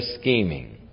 scheming